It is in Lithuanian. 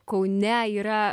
kaune yra